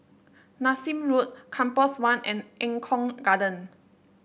Nassim Road Compass One and Eng Kong Garden